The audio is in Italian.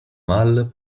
mal